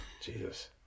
Jesus